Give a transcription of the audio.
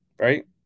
Right